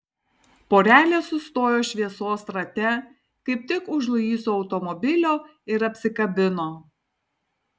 porelė sustojo šviesos rate kaip tik už luiso automobilio ir apsikabino